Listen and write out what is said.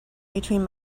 between